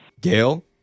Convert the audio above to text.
Gail